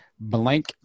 Blank